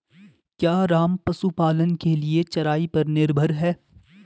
क्या राम पशुपालन के लिए चराई पर निर्भर है?